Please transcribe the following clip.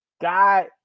God